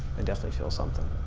and definitely feel something.